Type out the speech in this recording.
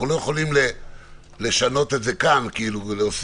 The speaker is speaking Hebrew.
אנחנו לא יכולים לשנות את זה כאן ולהוסיף,